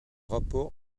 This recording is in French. rapports